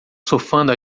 surfando